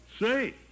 Say